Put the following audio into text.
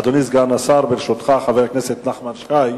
אדוני סגן השר, ברשותך, חבר הכנסת נחמן שי,